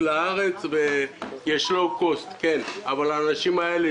לארץ כי יש טיסות לואו-קוסט אבל האנשים האלה,